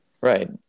right